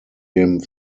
dem